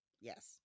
Yes